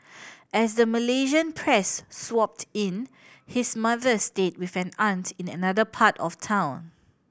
as the Malaysian press swooped in his mother stayed with an aunt in another part of town